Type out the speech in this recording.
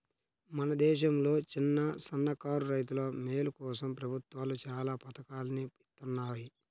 మన దేశంలో చిన్నసన్నకారు రైతుల మేలు కోసం ప్రభుత్వాలు చానా పథకాల్ని ఇత్తన్నాయి